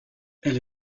elle